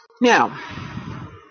Now